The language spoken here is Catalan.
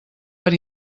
per